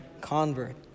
convert